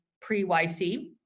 pre-YC